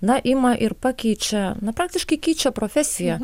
na ima ir pakeičia na praktiškai keičia profesiją